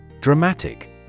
Dramatic